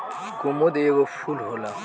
कुमुद एगो फूल होला